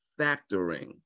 factoring